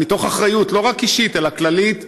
מתוך אחריות לא רק אישית אלא כללית,